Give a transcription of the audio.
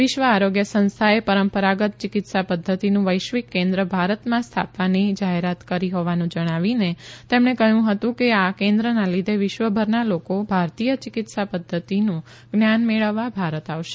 વિશ્વ આરોગ્ય સંસ્થાએ પરંપરાગત ચિકિત્સા પધ્ધતિનું વૈશ્વિક કેન્દ્ર ભારતમાં સ્થાપવાની જાહેરાત કરી હોવાનું જણાવીને કહયું કે આ કેન્દ્રના લીધે વિશ્વભરના લોકો ભારતીય ચિકિત્સા પધ્ધતીનું જ્ઞાન મેળવવા ભારત આવશે